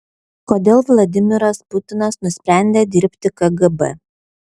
kodėl vladimiras putinas nusprendė dirbti kgb